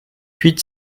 huit